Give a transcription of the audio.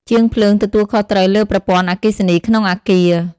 ជាងភ្លើងទទួលខុសត្រូវលើប្រព័ន្ធអគ្គិសនីក្នុងអគារ។